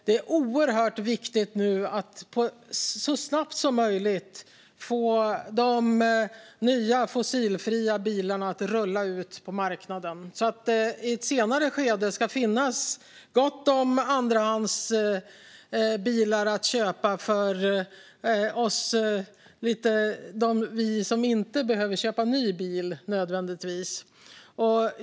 Det är oerhört viktigt att så snabbt som möjligt få de nya, fossilfria bilarna att rulla ut på marknaden så att det i ett senare skede ska finnas gott om andrahandsbilar att köpa för oss som inte nödvändigtvis behöver köpa en ny bil.